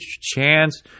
chance